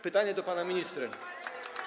Pytanie do pana ministra.